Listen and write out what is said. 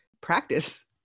practice